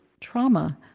trauma